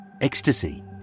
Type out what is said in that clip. ecstasy